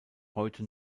heute